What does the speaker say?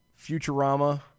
Futurama